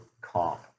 comp